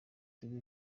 tigo